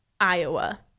Iowa